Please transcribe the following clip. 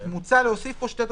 מוצע להוסיף פה שתי תוספות.